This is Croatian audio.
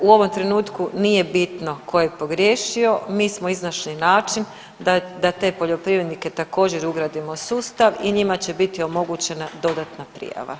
U ovom trenutku nije bitno tko je pogriješio, mi smo iznašli način da te poljoprivrednike također ugradimo u sustav i njima će biti omogućena dodatna prijava.